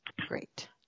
Great